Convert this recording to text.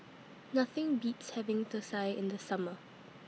Nothing Beats having Thosai in The Summer